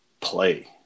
play